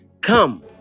Come